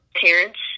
parents